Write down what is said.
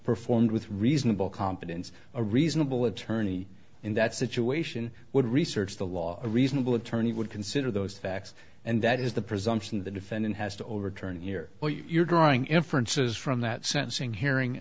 performed with reasonable competence a reasonable attorney in that situation would research the law a reasonable attorney would consider those facts and that is the presumption of the defendant has to overturn here or you're drawing inferences from that sentencing hearing